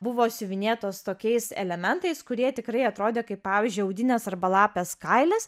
buvo siuvinėtos tokiais elementais kurie tikrai atrodė kaip pavyzdžiui audinės arba lapės kailis